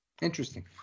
Interesting